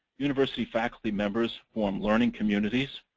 university faculty members form learning communities.